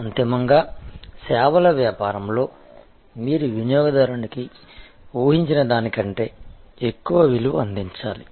అంతిమంగా సేవల వ్యాపారంలో మీరు వినియోగదారునికి ఊహించిన దానికంటే ఎక్కువ విలువ అందించాలి